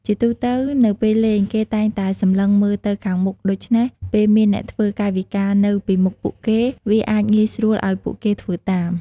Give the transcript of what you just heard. ជាទូទៅ នៅពេលលេង គេតែងតែសម្លឹងមើលទៅខាងមុខ ដូច្នេះ ពេលមានអ្នកធ្វើកាយវិការនៅពីមុខពួកគេ វាអាចងាយស្រួលឱ្យពួកគេធ្វើតាម។